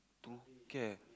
two care